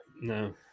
no